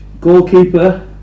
goalkeeper